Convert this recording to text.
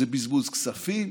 זה בזבוז כספים,